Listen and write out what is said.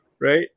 right